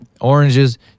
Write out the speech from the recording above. oranges